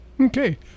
okay